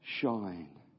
shine